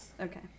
Okay